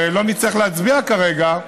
ולא נצטרך להצביע כרגע,